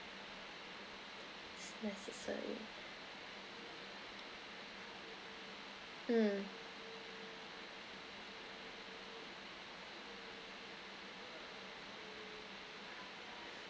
s~ necessary mm